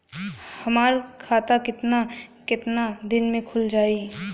हमर खाता कितना केतना दिन में खुल जाई?